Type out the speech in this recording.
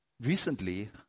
Recently